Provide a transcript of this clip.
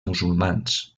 musulmans